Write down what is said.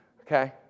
okay